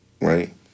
right